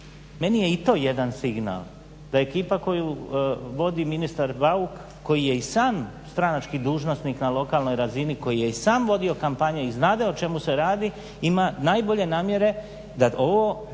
Meni je i to jedan signal, da ekipa koju vodi ministar Bauk, koji je i sam stranački dužnosnik na lokalnoj razini koji je i sam vodio kampanje i znade o čemu se radi, ima najbolje namjere da ovo